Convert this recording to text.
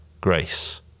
grace